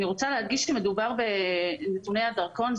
מדובר בנתוני הדרכון.